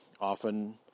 Often